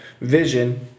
vision